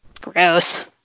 Gross